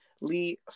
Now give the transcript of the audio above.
Lee